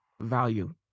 value